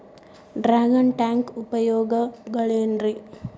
Dragon tank ಉಪಯೋಗಗಳೆನ್ರಿ?